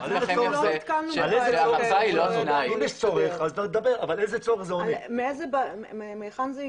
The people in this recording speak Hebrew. נ מהיכן זה הגיע?